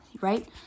right